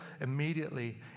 immediately